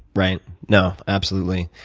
right. no. absolutely.